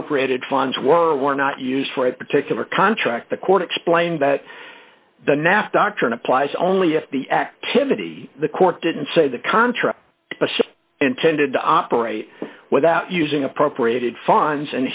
appropriated funds were or were not used for that particular contract the court explained that the naff doctrine applies only if the activity the court didn't say the contract intended to operate without using appropriated funds